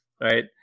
Right